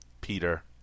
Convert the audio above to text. Peter